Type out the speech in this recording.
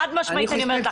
חד משמעי אני אומרת לך.